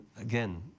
again